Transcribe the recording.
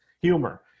Humor